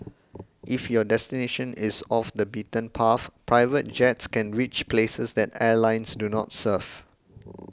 if your destination is off the beaten path private jets can reach places that airlines do not serve